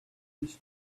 fish